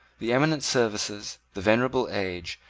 the eminent services, the venerable age,